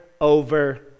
over